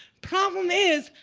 problem is,